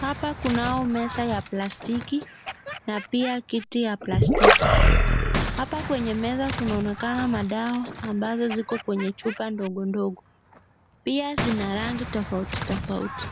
Hapa kunayo meza ya plastiki na pia kiti ya plastiki. hapa kwenye meza kunaonekana madawa ambayo ziko kwenye chupa ndogo ndogo ,pia kuna rangi tofauti tofauti.